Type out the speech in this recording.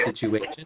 situation